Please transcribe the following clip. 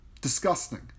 Disgusting